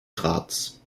graz